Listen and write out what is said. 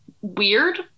weird